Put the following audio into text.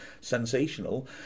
Sensational